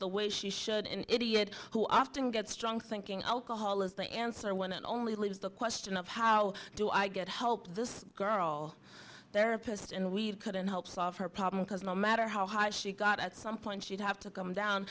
the way she should and idiot who often gets strong thinking alcohol is the answer one and only leaves the question of how do i get help this girl there are pissed and we couldn't help solve her problem because no matter how hard she got at some point she'd have to come down